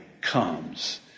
comes